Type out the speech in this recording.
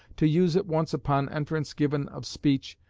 to use at once upon entrance given of speech,